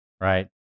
right